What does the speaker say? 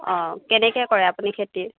অঁ কেনেকৈ কৰে আপুনি খেতি